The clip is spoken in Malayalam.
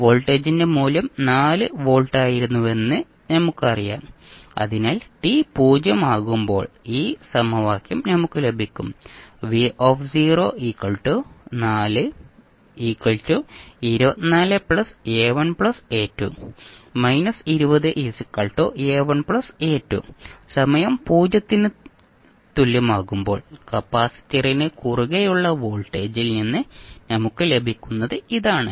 വോൾട്ടേജിന്റെ മൂല്യം 4 വോൾട്ടായിരുന്നുവെന്ന് നമുക്കറിയാം അതിനാൽ t 0 ആകുമ്പോൾ ഈ സമവാക്യം നമുക്ക് ലഭിക്കും സമയം 0 ന് തുല്യമാകുമ്പോൾ കപ്പാസിറ്ററിന് കുറുകെയുള്ള വോൾട്ടേജിൽ നിന്ന് നമുക്ക് ലഭിക്കുന്നത് ഇതാണ്